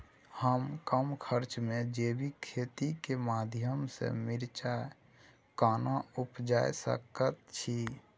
हम कम खर्च में जैविक खेती के माध्यम से मिर्चाय केना उपजा सकेत छी?